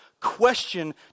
question